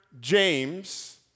James